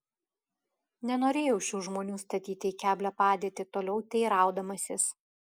nenorėjau šių žmonių statyti į keblią padėtį toliau teiraudamasis